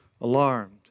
alarmed